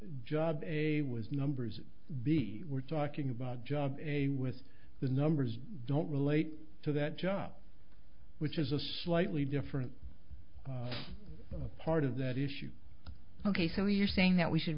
about jobs a was numbers b we're talking about job a with the numbers don't relate to that job which is a slightly different part of that issue ok so you're saying that we should